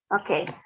Okay